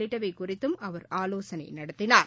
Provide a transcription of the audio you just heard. உள்ளிட்டவை குறித்தும் அவர் ஆலோசனை நடத்தினார்